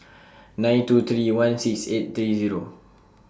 nine two three one six eight three Zero